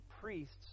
priests